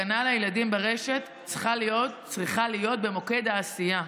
הגנה על הילדים ברשת צריכה להיות במוקד העשייה.